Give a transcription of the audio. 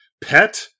pet